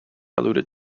alluded